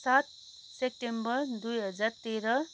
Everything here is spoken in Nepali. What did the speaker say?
सात सेप्टेम्बर दुई हजार तेह्र